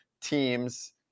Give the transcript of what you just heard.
teams –